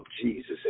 jesus